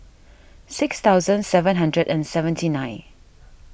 six thousand seven hundred and seventy nine